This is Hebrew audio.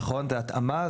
נכון זו התאמה.